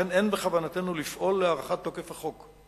לכן אין בכוונתנו לפעול להארכת תוקף החוק.